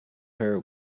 her